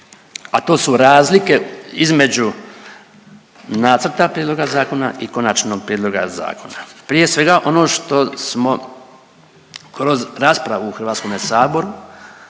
a to su razlike između Nacrta prijedloga zakona i Konačnog prijedloga zakona. Prije svega ono što smo kroz raspravu u HS-u, kroz raspravu